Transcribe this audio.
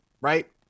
right